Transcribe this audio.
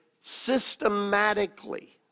systematically